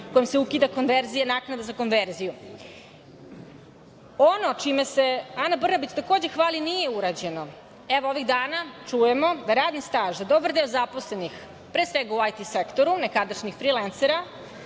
kojim se ukida konverzija i naknada za konverziju. Ono čime se Ana Brnabić takođe hvali, nije urađeno. Evo ovih dana čujemo da radni staž za dobar deo zaposlenih, pre svega u IT sektoru, nekadašnjih frilensera,